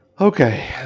Okay